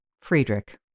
Friedrich